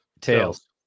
Tails